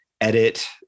edit